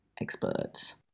experts